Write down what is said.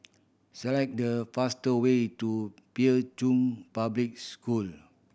select the faster way to Pei Chun Public School